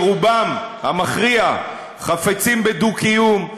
שרובם המכריע חפצים בדו-קיום,